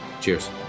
Cheers